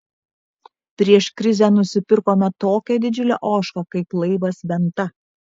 prieš krizę nusipirkome tokią didžiulę ožką kaip laivas venta